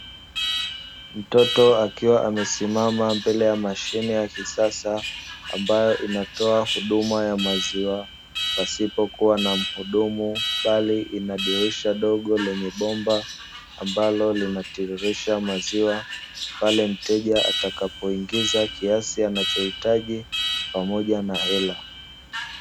Mtoto akiwa amesimama mbele ya mashine ya kisasa "MILK ATM", ambayo inatoa huduma ya maziwa, pasipokuwa na muhudumu bali ina dirisha dogo lenye bomba ambalo linatiririsha maziwa, pale mteja atakapoingiza kiasi anachohitaji pamoja na hela.